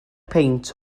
peint